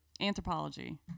Anthropology